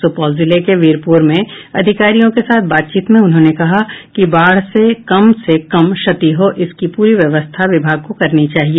सुपौल जिले के वीरपुर में अधिकारियों के साथ बातचीत में उन्होंने कहा कि बाढ़ से कम से कम क्षति हो इसकी पूरी व्यवस्था विभाग को करनी चाहिए